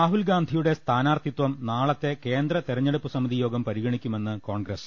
രാഹുൽഗാന്ധിയുടെ സ്ഥാനാർത്ഥിത്വം നാളത്തെ കേന്ദ്ര തെരഞ്ഞെടുപ്പ് സമിതി യോഗം പരിഗ്ണിക്കുമെന്ന് കോൺഗ്രസ്